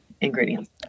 ingredients